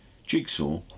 Jigsaw